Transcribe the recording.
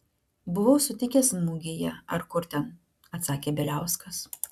buvau sutikęs mugėje ar kur ten atsakė bieliauskas